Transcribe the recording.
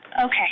Okay